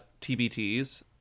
tbt's